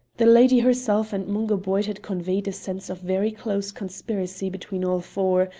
the lady herself and mungo boyd had conveyed a sense of very close conspiracy between all four,